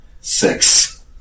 Six